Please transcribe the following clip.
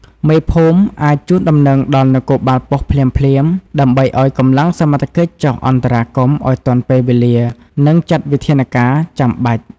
មេភូមិអាច ជូនដំណឹងដល់នគរបាលប៉ុស្តិ៍ភ្លាមៗ ដើម្បីឱ្យកម្លាំងសមត្ថកិច្ចចុះអន្តរាគមន៍ឲ្យទាន់ពេលវេលា និងចាត់វិធានការចាំបាច់។